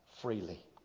freely